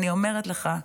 ואני אומרת לך,